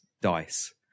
Dice